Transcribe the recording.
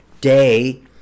Day